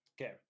Okay